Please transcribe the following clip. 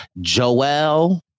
Joel